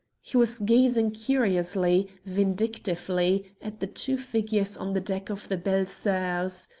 he was gazing curiously, vindictively, at the two figures on the deck of the belles soeurs.